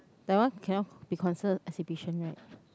that one cannot be considered exhibition right